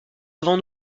devant